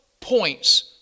points